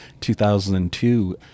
2002